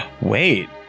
Wait